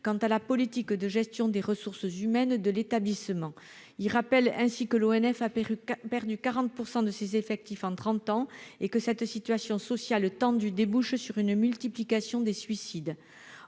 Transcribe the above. quant à la politique de gestion des ressources humaines de l'établissement. Ils rappellent ainsi que l'ONF a perdu 40 % de ses effectifs en trente ans et que cette situation sociale tendue débouche sur une multiplication des suicides.